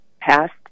past